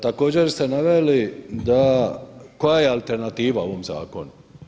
Također ste naveli da koja je alternativa ovom zakonu.